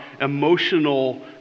emotional